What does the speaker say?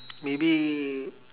maybe